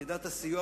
יחידת הסיוע,